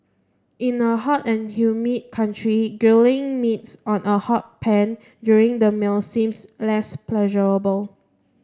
in a hot and humid country grilling meats on a hot pan during the meal seems less pleasurable